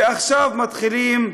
ועכשיו מתחילים